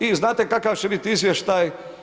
I znate kakav će biti izvještaj?